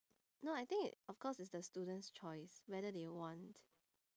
no I think of course it's the student's choice whether they want